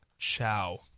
Ciao